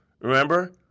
Remember